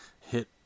hit